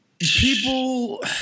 people